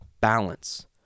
balance